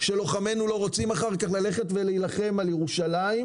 שלוחמינו לא רוצים אחר כך ללכת ולהילחם על ירושלים,